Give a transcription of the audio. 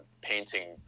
painting